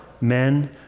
men